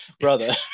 brother